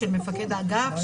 של מפקד האגף,